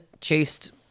chased